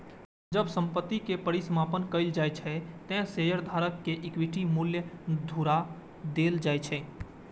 जब संपत्ति के परिसमापन कैल जाइ छै, ते शेयरधारक कें इक्विटी मूल्य घुरा देल जाइ छै